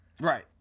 Right